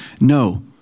No